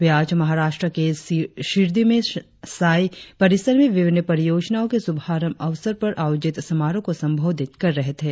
वे आज महाराष्ट्र के शिरडी में साई परिसर में विभिन्न परियोजनाओ के शुभारम्भ अवसर पर आयोजित समारोह को संबोधित कर रहे थे